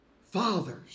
Fathers